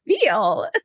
feel